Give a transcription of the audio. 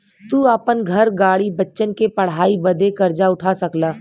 तू आपन घर, गाड़ी, बच्चन के पढ़ाई बदे कर्जा उठा सकला